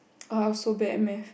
I was so bad at maths